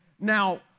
now